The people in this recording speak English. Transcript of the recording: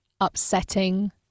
upsetting